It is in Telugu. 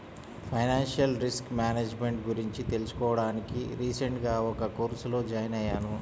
ఫైనాన్షియల్ రిస్క్ మేనేజ్ మెంట్ గురించి తెలుసుకోడానికి రీసెంట్ గా ఒక కోర్సులో జాయిన్ అయ్యాను